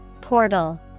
Portal